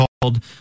called